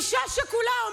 אישה שכולה,